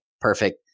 perfect